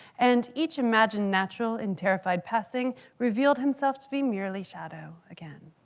and each imagined natural and terrified passing revealed himself to be merely shadow again.